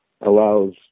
allows